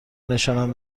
نشانم